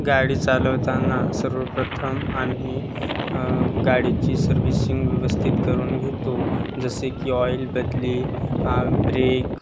गाडी चालवताना सर्वप्रथम आम्ही गाडीची सर्विशिंग व्यवस्थित करून घेतो जसे की ऑईल बदली आं ब्रेक